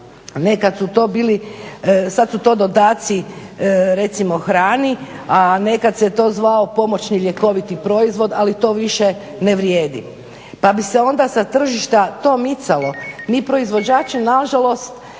Nekad su to bili, sad su to dodaci recimo hrani, a nekad se to zvao pomoćni ljekoviti proizvod ali to više ne vrijedi. Pa bi se onda sa tržišta to micalo. Mi proizvođači na žalost